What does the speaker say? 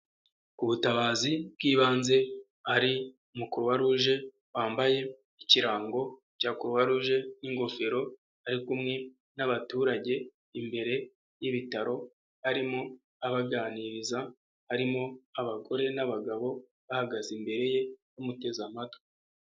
Ubutabazi bw'ibanze ari mu Crox Rouge wambaye ikirango cya croixroge n'ingofero, ari kumwe n'abaturage, imbere y'ibitaro harimo abaganiriza, harimo abagore n'abagabo bahagaze imbere ye bamuteze amatwi.